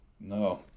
no